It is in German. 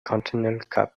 continental